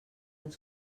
ens